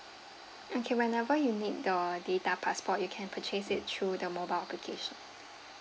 okay whenever you need the data passport you can purchase it through the mobile application